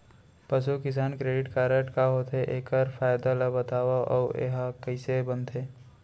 पसु किसान credit card का होथे, एखर फायदा ला बतावव अऊ एहा कइसे बनथे?